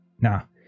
Now